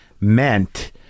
meant